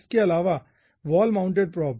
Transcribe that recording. इसके अलावा wall mounted probe